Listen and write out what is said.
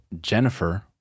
Jennifer